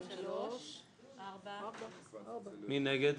מי נגד?